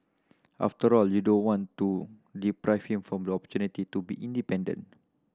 after all you don't want to deprive him for opportunity to be independent